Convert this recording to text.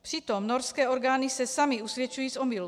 Přitom norské orgány se samy usvědčují z omylu.